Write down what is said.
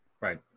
right